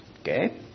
Okay